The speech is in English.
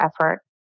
effort